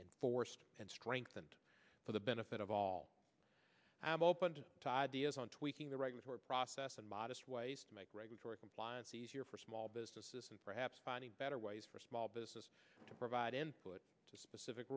and forced and strengthened for the benefit of all i'm open to ideas on tweaking the regulatory process and modest ways to make regulatory compliance easier for small businesses and perhaps finding better ways for small businesses to provide input to specific